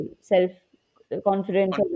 self-confidence